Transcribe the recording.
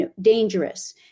dangerous